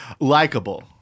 likable